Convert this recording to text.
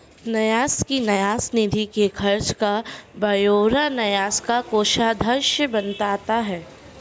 न्यास की न्यास निधि के खर्च का ब्यौरा न्यास का कोषाध्यक्ष बनाता है